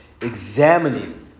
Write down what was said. examining